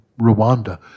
Rwanda